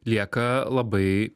lieka labai